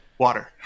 water